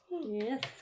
yes